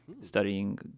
studying